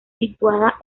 situada